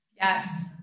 Yes